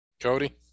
Cody